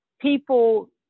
people